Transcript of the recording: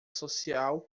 social